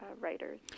writers